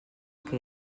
que